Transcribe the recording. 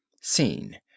Scene